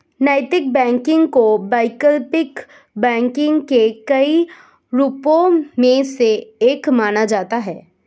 नैतिक बैंकिंग को वैकल्पिक बैंकिंग के कई रूपों में से एक माना जाता है